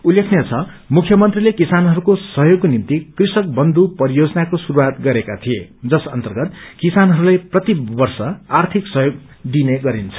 उल्लेखनीय छ मुख्यमन्त्रीले किसानहरूको सहयोगको निम्ति कृषक बन्धु परियोजनाको श्रुस्आत गरेका थिए जस अन्तर्गत किसानहरूलाई प्रति वर्ष आर्थिक सहयोग दिइने गरिन्छ